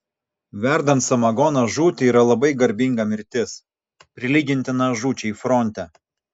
verdant samagoną žūti yra labai garbinga mirtis prilygintina žūčiai fronte